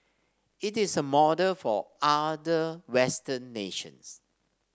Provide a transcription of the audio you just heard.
it is a model for other Western nations